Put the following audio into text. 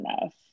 enough